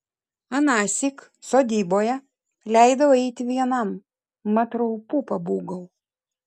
anąsyk sodyboje leidau eiti vienam mat raupų pabūgau